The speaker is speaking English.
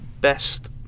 best